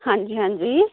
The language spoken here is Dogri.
हां'जी हां'जी